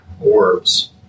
orbs